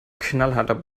knallharter